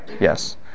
Yes